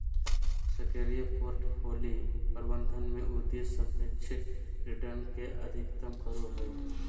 सक्रिय पोर्टफोलि प्रबंधन में उद्देश्य सापेक्ष रिटर्न के अधिकतम करो हइ